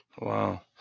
Wow